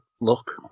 look